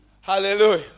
Hallelujah